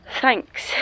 thanks